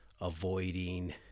avoiding